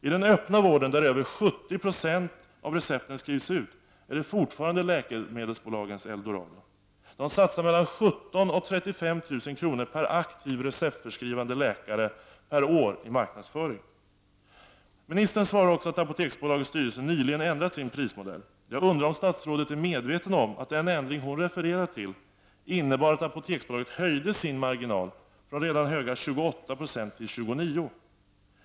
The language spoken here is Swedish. I den öppna vården, där över 70 Yo av recepten skrivs ut, är det fortfarande läkemedelsbolagens eldorado. Dessa satsar mellan 17 000 och 35 000 kr. per aktiv receptförskrivande läkare per år på marknadsföring. Ministern svarar också att Apoteksbolagets styrelse nyligen har ändrat sin prismodell. Jag undrar om statsrådet är medveten om att den ändring hon refererar till innebar att Apoteksbolaget höjde sin marginal från redan höga 28 e till 29 20.